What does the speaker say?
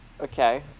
okay